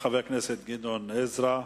תודה לחבר הכנסת גדעון עזרא.